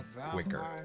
quicker